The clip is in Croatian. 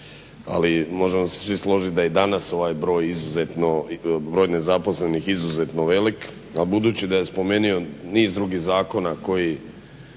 ali možemo se svi složit da je danas ovaj broj nezaposlenih izuzetno velik, a budući da je spomenuo niz drugih zakona koji